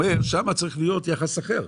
הוא אומר: שם צריך להיות יחס אחר.